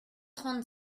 trente